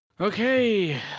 Okay